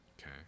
okay